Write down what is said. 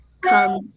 come